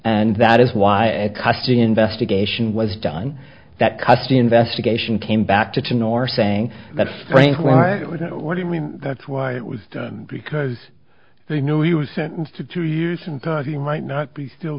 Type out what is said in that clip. and that is why a custody investigation was done that cost the investigation came back to june or saying that's what you mean that's why it was done because they knew he was sentenced to two years and he might not be still